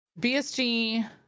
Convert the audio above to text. BSG